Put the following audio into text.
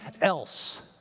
else